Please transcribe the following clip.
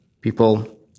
people